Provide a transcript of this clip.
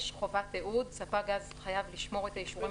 חובת תיעוד 6. ספק גז חייב לשמור את האישורים